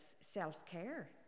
self-care